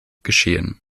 geschehen